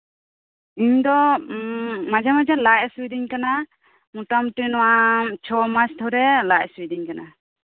ᱤᱧ ᱫᱚ ᱢᱟᱡᱷᱮ ᱢᱟᱡᱷᱮ ᱞᱟᱡ ᱦᱟᱥᱩ ᱤᱫᱤᱧ ᱠᱟᱱᱟ ᱪᱷᱚ ᱢᱟᱥ ᱫᱷᱚᱨᱮ ᱞᱟᱡ ᱦᱟᱹᱥᱩᱧ ᱠᱟᱱᱟ